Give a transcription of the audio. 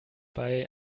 bei